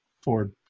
Ford